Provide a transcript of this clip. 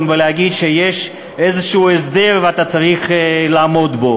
ולהגיד שיש איזה הסדר ואתה צריך לעמוד בו.